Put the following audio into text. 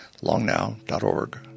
longnow.org